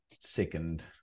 second